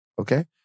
Okay